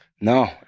No